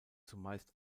zumeist